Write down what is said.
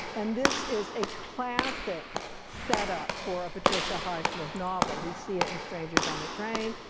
and this is a classic setup for a patricia highsmith novel. we see it in strangers on a train,